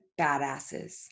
badasses